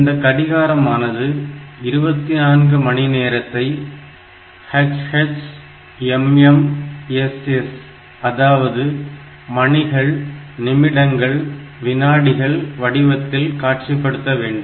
இந்த கடிகாரம் ஆனது 24 மணி நேரத்தை hh mm ss அதாவது மணிகள் நிமிடங்கள் வினாடிகள் வடிவத்தில் காட்சிப்படுத்த வேண்டும்